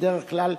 בדרך כלל,